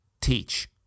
teach